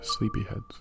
sleepyheads